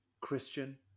Christian